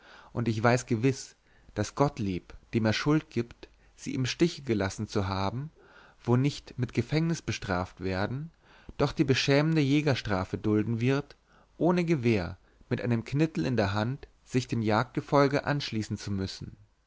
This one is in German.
und ich weiß gewiß daß gottlieb dem er schuld gibt sie im stiche gelassen zu haben wo nicht mit gefängnis bestraft werden doch die beschämende jägerstrafe dulden wird ohne gewehr mit einem knittel in der hand sich dem jagdgefolge anschließen zu müssen